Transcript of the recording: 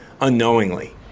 unknowingly